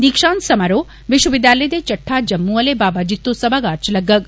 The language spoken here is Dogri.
दीक्षांत समारोह विश्व विद्यालय दे चट्टा जम्मू आले बाबा जित्ते सभागार च लग्गग